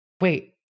wait